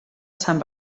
sant